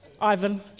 Ivan